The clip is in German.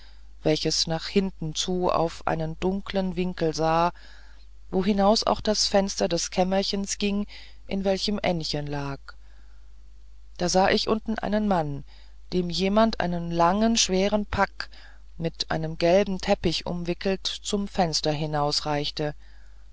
welches nach hinten zu auf einen dunkeln winkel sah wohinaus auch das fenster des kämmerchens ging in welchem ännchen lag da sah ich unten einen mann dem jemand einen langen schweren pack mit einem gelben teppiche umwickelt zum fenster